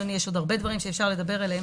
אדוני יש עוד הרבה דברים שאפשר לדבר עליהם,